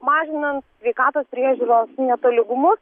mažinant sveikatos priežiūros netolygumus